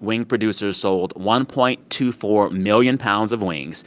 wing producers sold one point two four million pounds of wings